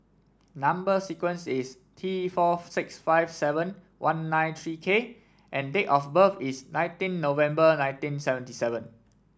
number sequence is T four six five seven one nine three K and date of birth is nineteen November nineteen seventy seven